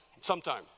Sometime